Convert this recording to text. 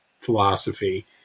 philosophy